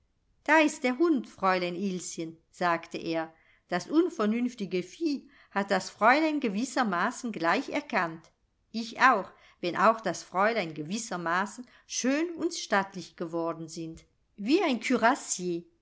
da ist der hund fräulein ilschen sagte er das unvernünftige vieh hat das fräulein gewissermaßen gleich erkannt ich auch wenn auch das fräulein gewissermaßen schön und stattlich geworden sind wie ein